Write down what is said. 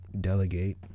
delegate